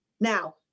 now